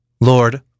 Lord